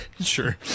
sure